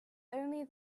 only